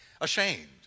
Ashamed